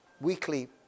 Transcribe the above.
weekly